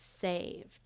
saved